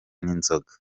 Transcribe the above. n’inzoga